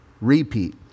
repeat